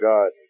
God